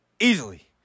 Easily